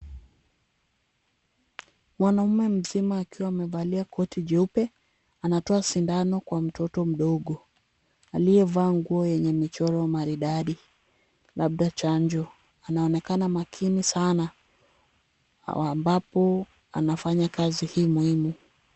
Mwanamme mzima akiwa amevalia koti jeupe ,anatoa sindano kwa mtoto mdogo ,aliyevaa nguo yenye michoro maridadi ,labda chanjo, anaonekana makini sana ambapo anafanya kazi hii muhimu .